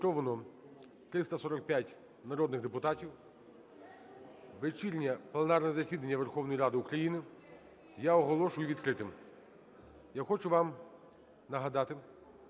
Вечірнє пленарне засідання Верховної Ради України я оголошую відкритим. Я хочу вам нагадати,